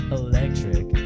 electric